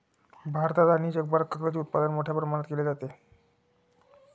भारतात आणि जगभरात कागदाचे उत्पादन मोठ्या प्रमाणावर केले जाते